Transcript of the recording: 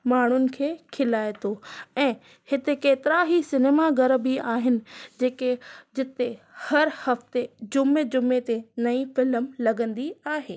माण्हुनि खें खिलाए थो ऐं हिते केतिरा ई सिनेमा घर बि आहिनि जेके जिते हर हफ़्ते जुमे जुमे ते नई फिल्म लॻंदी आहे